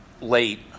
late